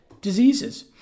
diseases